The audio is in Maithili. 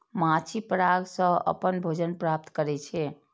माछी पराग सं अपन भोजन प्राप्त करै छै